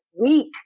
week